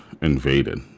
invaded